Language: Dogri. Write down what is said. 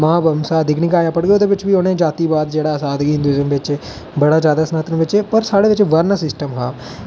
मीमांसा दिगनीकाया पढ़गे ओहदे बिच बी उ'नें जाती बाद जेहड़ा अस आखदे हिंदूईजम बिच्च बड़ा ज्यादा सनातन बिच पर साढ़े बिच वर्ण सिस्टम हा